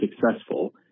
successful